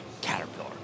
Caterpillar